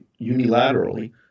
unilaterally